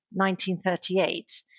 1938